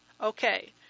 Okay